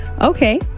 Okay